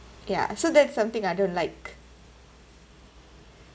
ya so that's something I don't like